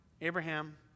Abraham